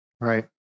Right